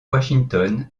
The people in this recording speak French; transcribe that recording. washington